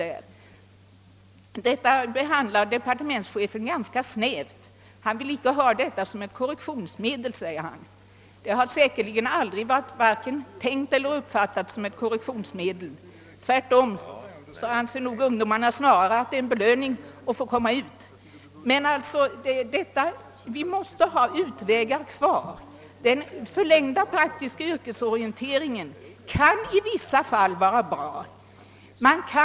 Denna möjlighet behandlar departementschefen ganska snävt. Han anför att han inte vill ha detta som ett korrektionsmedel. Det har säkerligen aldrig uppfattats som ett korrektionsmedel. Tvärtom anser nog ungdomarna att det snarare är en belöning att få komma ut i arbetslivet. Vi måste alltså ha utvägar kvar i dessa fall. Den förlängda praktiska yrkesorienteringen kan i en del fall vara av värde.